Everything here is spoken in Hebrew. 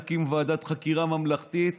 נקים ועדת חקירה ממלכתית